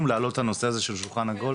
להעלות את הנושא הזה של שולחן עגול?